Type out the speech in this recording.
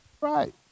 Right